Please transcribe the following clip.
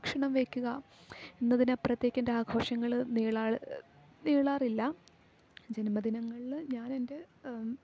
ഭക്ഷണം വയ്ക്കുക എന്നതിന് അപ്പുറത്തേക്ക് എൻ്റെ ആഘോഷങ്ങൾ നീളാറില്ല ജന്മദിനങ്ങളിൽ ഞാൻ എൻ്റെ